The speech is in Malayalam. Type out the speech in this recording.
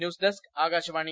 news desk Akashvani